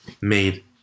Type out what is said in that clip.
made